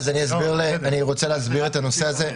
אני רוצה להסביר את הנושא הזה.